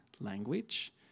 language